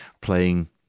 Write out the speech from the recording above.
playing